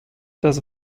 dass